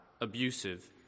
abusive